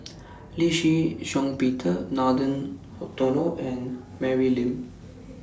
Lee Shih Shiong Peter Nathan Hartono and Mary Lim